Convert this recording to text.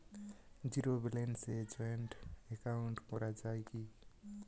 Zero ব্যালেন্সে joint account করা য়ায় কি?